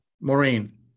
Maureen